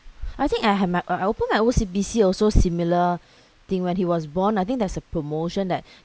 I think I have my I open my O_C_B_C also similar thing when he was born I think there's a promotion that